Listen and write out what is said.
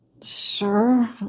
Sir